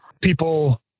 people